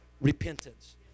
repentance